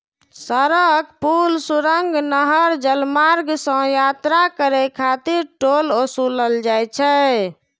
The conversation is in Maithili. सड़क, पुल, सुरंग, नहर, जलमार्ग सं यात्रा करै खातिर टोल ओसूलल जाइ छै